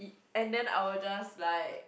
and then I will just like